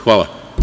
Hvala.